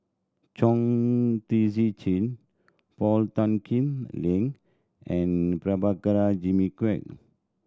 Chong Tze Chien Paul Tan Kim Lin and Prabhakara Jimmy Quek